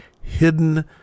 hidden